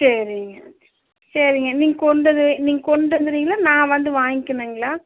சரிங்க சரிங்க நீங்கள் கொண்டது நீங்கள் கொண்டு வந்துடுவீங்களா நான் வந்து வாங்கக்கணுங்களா